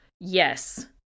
Yes